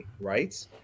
right